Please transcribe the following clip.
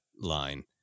line